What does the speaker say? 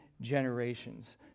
generations